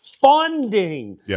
funding